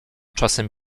czasem